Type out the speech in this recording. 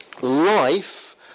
life